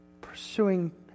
pursuing